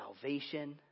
salvation